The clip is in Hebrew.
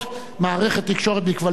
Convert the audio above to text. מערכות תקשורת בכבלים בע"מ",